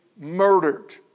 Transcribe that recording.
murdered